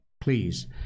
please